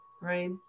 right